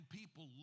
people